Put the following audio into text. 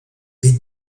les